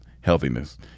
healthiness